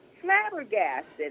flabbergasted